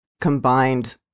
combined